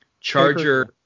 Charger